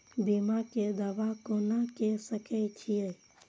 बीमा के दावा कोना के सके छिऐ?